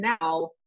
now